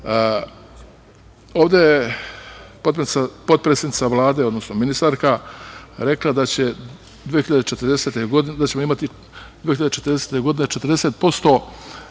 šire. Ovde je potpredsednica Vlade, odnosno ministarka rekla da ćemo imati 2040. godine 40%